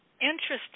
interesting